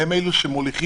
הם אלה שמוליכים,